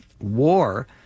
war